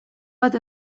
bat